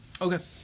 Okay